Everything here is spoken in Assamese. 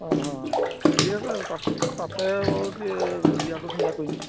অ অ অ ঠিক আছে তাত তাতে বাৰু এ দিয়াটো চিন্তা কৰিম